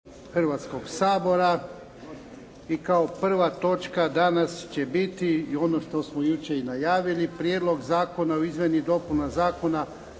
Hrvatskog sabora i kao prva točka danas će biti ono što smo jučer i najavili - Prijedlog zakona o izmjeni i dopuni Zakona